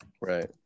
Right